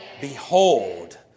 Behold